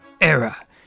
Era